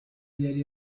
yari